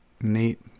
Neat